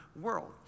world